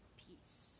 peace